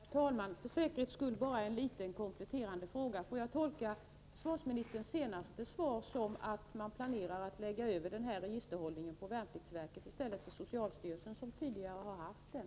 Herr talman! För säkerhets skull bara en liten kompletterande fråga: Får jag tolka försvarsministerns senaste svar så, att man planerar att lägga registerhållningen på värnpliktsverket i stället för på socialstyrelsen?